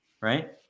right